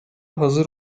hazır